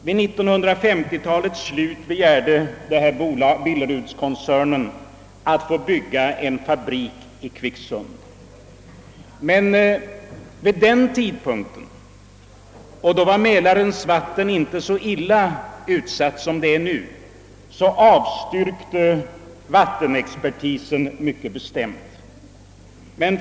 Vid 1950-talets slut begärde Billerudskoncernen att få bygga en fabrik i Kvicksund, men vid den tidpunkten — och då var Mälarens vatten ändå inte så illa utsatt som nu — avstyrkte vår vattenvårdsexpertis mycket bestämt denna begäran.